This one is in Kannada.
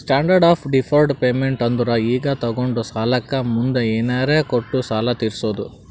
ಸ್ಟ್ಯಾಂಡರ್ಡ್ ಆಫ್ ಡಿಫರ್ಡ್ ಪೇಮೆಂಟ್ ಅಂದುರ್ ಈಗ ತೊಗೊಂಡ ಸಾಲಕ್ಕ ಮುಂದ್ ಏನರೇ ಕೊಟ್ಟು ಸಾಲ ತೀರ್ಸೋದು